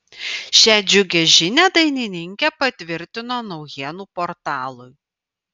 šią džiugią žinią dainininkė patvirtino naujienų portalui